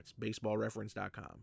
BaseballReference.com